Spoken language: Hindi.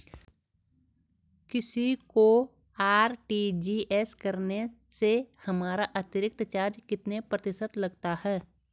किसी को आर.टी.जी.एस करने से हमारा अतिरिक्त चार्ज कितने प्रतिशत लगता है?